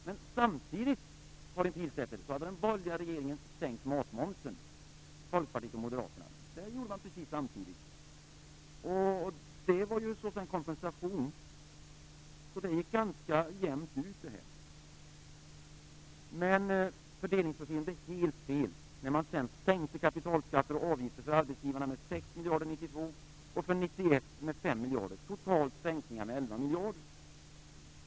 Men samtidigt, Karin Pilsäter, hade den borgerliga regeringen med Folkpartiet och Moderaterna sänkt matmomsen. Det gjorde man precis samtidigt. Det var en kompensation, så det gick ganska jämnt ut. Men fördelningsprofilen blev helt fel när man sedan sänkte kapitalskatter och avgifter för arbetsgivarna med 6 miljarder 1992, och för 1991 med 5 miljarder. Det var totalt sänkningar med 11 miljarder.